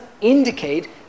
indicate